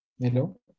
Hello